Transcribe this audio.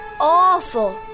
awful